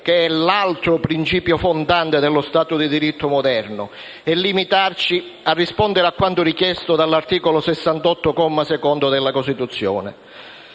che è l'altro principio fondante dello stato di diritto moderno, e limitarci a rispondere a quanto richiesto dall'articolo 68 comma 2 della Costituzione.